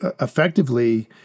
effectively